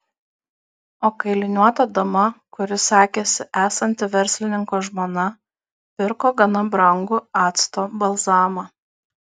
o kailiniuota dama kuri sakėsi esanti verslininko žmona pirko gana brangų acto balzamą